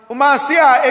Umasia